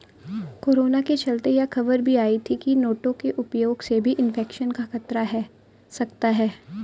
corona के चलते यह खबर भी आई थी की नोटों के उपयोग से भी इन्फेक्शन का खतरा है सकता है